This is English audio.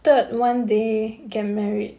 third one they get married